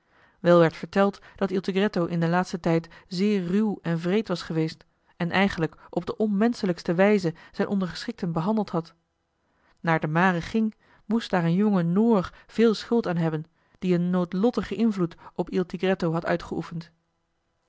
wel werd verteld dat il tigretto in den laatsten tijd zeer ruw en wreed was geweest en eigenlijk op de onmenschelijkste wijze zijn ondergeschikten behandeld had naar de mare ging moest daar een jonge noor veel schuld aan hebben die een noodlottigen invloed op il trigetto had uitgeoefend